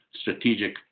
strategic